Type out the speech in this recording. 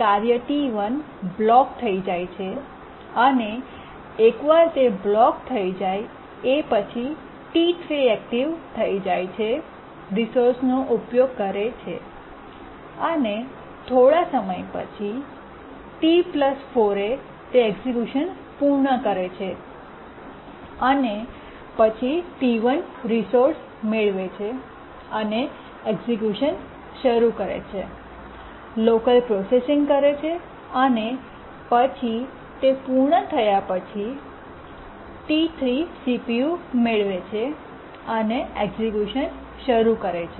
કાર્ય T1 block થઈ જાય છે અને એકવાર તે બ્લોક થઈ જાય છે પછી T3 ઍક્ટિવ થઈ જાય છે રિસોર્સનો ઉપયોગ કરે છે અને થોડા સમય પછી T 4 તે એક્સક્યૂશન પૂર્ણ કરે છે અને પછી T1 રિસોર્સ મેળવે છે અને એક્સક્યૂશન શરૂ કરે છે લોકલ પ્રોસેસીંગ કરે છે અને પછી તે પૂર્ણ થયા પછી પછી T3 CPU મેળવે છે અને એક્સક્યૂશન શરૂ કરે છે